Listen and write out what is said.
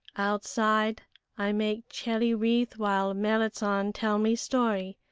outside i make cherry-wreath while merrit san tell me story.